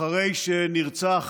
אחרי שנרצח